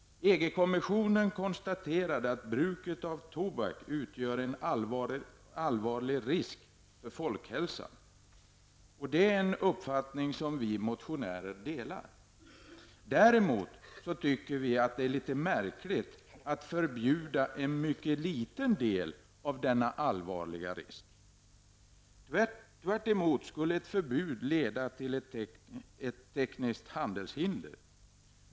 EG-kommissionen konstaterade att bruket av tobak utgör en allvarlig risk för folkhälsan. Det är en uppfattning som vi motionärer delar. Däremot tycker vi att det är litet märkligt att förbjuda något som utgör en mycket liten del av denna allvarliga risk. Ett förbud skulle tvärtemot leda till ett tekniskt handelshinder.